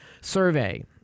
survey